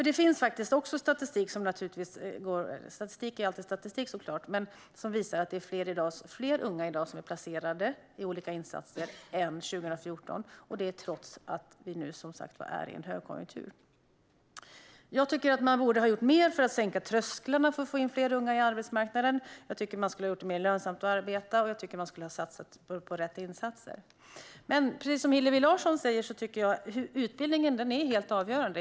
Det finns statistik som visar att trots högkonjunkturen är fler unga placerade i insatser i dag än 2014. Man borde ha gjort mer för att sänka trösklarna för att få in fler unga på arbetsmarknaden, man borde ha gjort det mer lönsamt att arbeta och man borde ha satsat på rätt insatser. Jag delar Hillevi Larssons uppfattning att utbildning är helt avgörande.